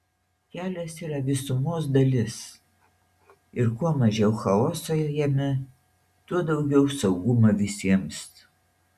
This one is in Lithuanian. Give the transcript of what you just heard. kelias yra visumos dalis ir kuo mažiau chaoso jame tuo daugiau saugumo visiems